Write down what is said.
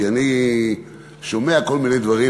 כי אני שומע כל מיני דברים,